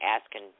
asking